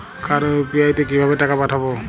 কারো ইউ.পি.আই তে কিভাবে টাকা পাঠাবো?